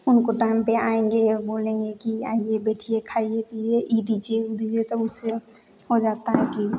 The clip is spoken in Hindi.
उनको टाइम पे आएँगे बोलेंगे कि आइए बैठिए खाइए पीजिए ये दीजिए वो दीजिए तब उससे हो जाता है कि